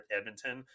Edmonton